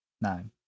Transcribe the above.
nine